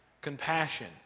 compassion